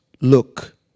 look